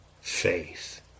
faith